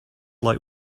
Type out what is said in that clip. like